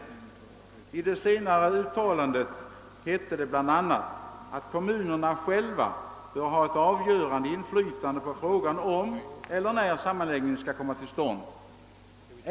I det sistnämnda uttalandet hette det bl.a.: »Kommunerna själva bör ha ett avgörande inflytande på frågan om eller när sammanläggning skall komma till stånd.